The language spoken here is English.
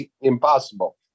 impossible